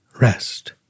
rest